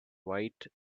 white